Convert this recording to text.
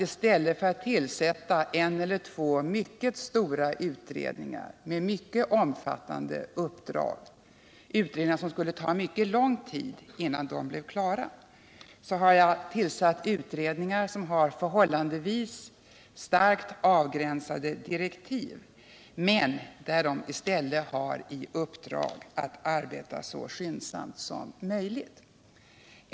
I stället för att tillsätta en eller två mycket stora utredningar med mycket omfattande uppdrag, utredningar som skulle ta mycket lång tid att slutföra, har jag valt arbetsgången att tillsätta utredningar som har förhållandevis starkt avgränsade direktiv men som i stället har i uppdrag att arbeta så skyndsamt som möjligt.